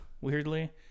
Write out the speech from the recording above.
weirdly